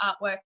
artwork